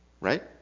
right